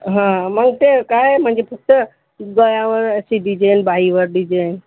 हा मग ते काय म्हणजे फक्त गळ्यावरची डिझाईन बाहीवर डिझाईन